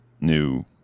new